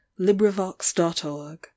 LibriVox.org